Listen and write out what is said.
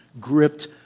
gripped